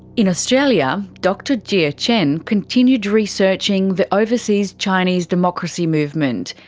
in australia, dr jie ah chen continued researching the overseas chinese democracy movement,